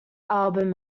album